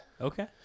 Okay